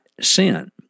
sin